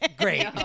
Great